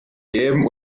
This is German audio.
geben